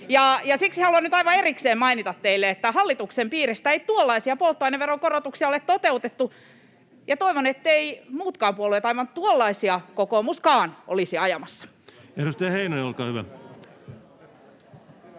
siksi haluan nyt aivan erikseen mainita teille, että hallituksen piiristä ei tuollaisia polttoaineveron korotuksia ole toteutettu, ja toivon, etteivät muutkaan puolueet, kokoomuskaan, aivan tuollaisia olisi ajamassa. Edustaja Heinonen, olkaa hyvä.